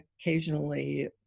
occasionally